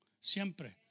siempre